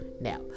Now